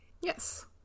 Yes